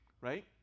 right